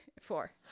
four